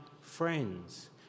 friends